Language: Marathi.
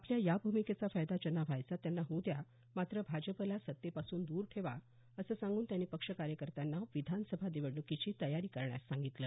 आपल्या या भूमिकेचा फायदा ज्यांना व्हायचा त्यांना होऊ द्या मात्र भाजपला सत्तेपासून दूर ठेवा असं सांगून त्यांनी पक्ष कार्यकर्त्यांना विधानसभा निवडण्कीची तयारी करण्यास सांगितलं